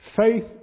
Faith